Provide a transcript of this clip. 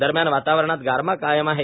दरम्यान वातावरणात गारवा कायम आहे